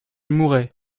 mourrai